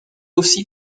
aussi